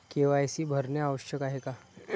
KYC भरणे आवश्यक आहे का?